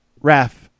raf